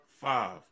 five